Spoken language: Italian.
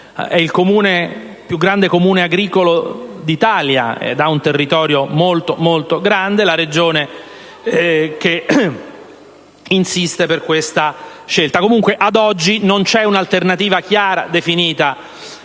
è il più grande Comune agricolo d'Italia e ha un territorio molto vasto) e la Regione insiste per questa scelta. Comunque, ad oggi non c'è un'alternativa chiara e definita